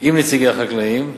עם נציגי החקלאים.